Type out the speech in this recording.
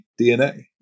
dna